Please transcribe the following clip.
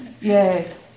yes